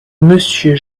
monsieur